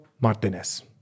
Martinez